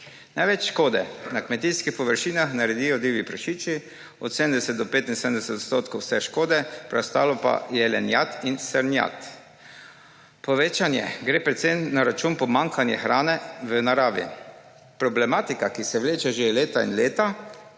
Največ škode na kmetijskih površinah naredijo divji prašiči, od 70 do 75 % vse škode, preostalo pa jelenjad in srnjad. Povečanje gre predvsem na račun pomanjkanja hrane v naravi. Problematika se vleče že leta in leta